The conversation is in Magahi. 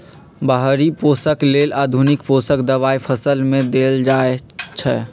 बाहरि पोषक लेल आधुनिक पोषक दबाई फसल में देल जाइछइ